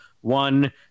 one